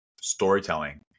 storytelling